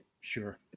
Sure